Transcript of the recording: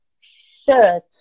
shirt